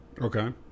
Okay